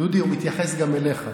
דודי, הוא מתייחס גם אליך: